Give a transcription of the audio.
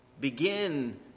begin